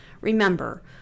remember